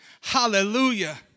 Hallelujah